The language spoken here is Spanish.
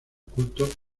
culto